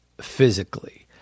physically